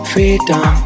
Freedom